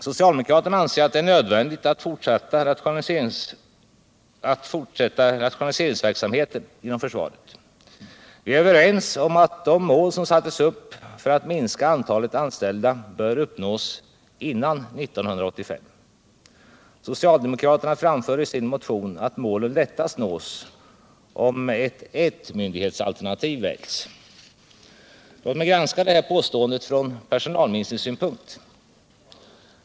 Socialdemokraterna anser att det är nödvändigt att fortsätta rationaliseringsverksamheten inom försvaret. Vi är överens om att de mål som satts för att minska antalet anställda bör uppnås före 1985. Socialdemokraterna framför i sin motion att målen lättast nås om ett enmyndighetsalternativ väljs. Låt mig granska detta påstående från personalminskningssynpunkt.